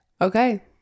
Okay